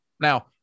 Now